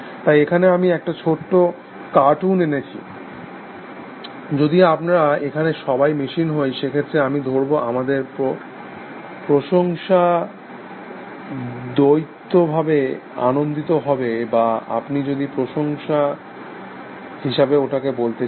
তাই এখানে আমি একটা ছোট কার্টুন এনেছি যদি আমরা এখানে সবাই মেশিন হই সেক্ষেত্রে আমি ধরব আমাদের প্রশংসা দ্বৈতভাবে আনন্দিত হবে বা আপনি যদি প্রশংসা হিসাবে ওটাকে বলতে চান